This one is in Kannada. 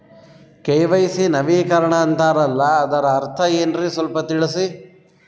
ಕೆ.ವೈ.ಸಿ ನವೀಕರಣ ಅಂತಾರಲ್ಲ ಅದರ ಅರ್ಥ ಏನ್ರಿ ಸ್ವಲ್ಪ ತಿಳಸಿ?